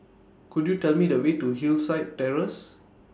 Could YOU Tell Me The Way to Hillside Terrace